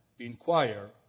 inquire